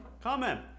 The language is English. Comment